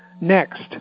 next